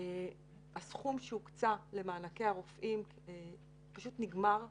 הסכום שהוקצה למענקי הרופאים פשוט נגמר ב-2014,